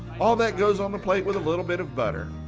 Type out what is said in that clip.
all that goes on the plate with a little bit of butter.